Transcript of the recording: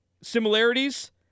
similarities